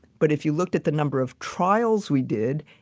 but if you looked at the number of trials we did,